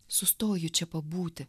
sustoju čia pabūti